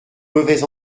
mauvaise